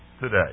today